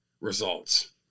results